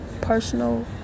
personal